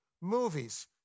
movies